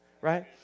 right